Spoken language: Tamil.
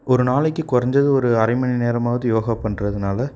ஒரு நாளைக்கு கொறைஞ்சது ஒரு அரை மணி நேரமாவுது யோகா பண்ணுறதுனால